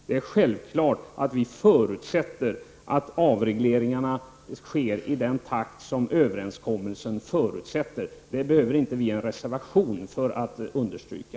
Det är självklart att vi förutsätter att avregleringarna sker i den takt som överenskommelsen förutsätter. Det behöver vi inte någon reservation för att understryka.